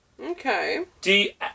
Okay